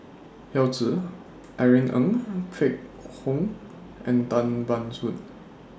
Yao Zi Irene Ng Phek Hoong and Tan Ban Soon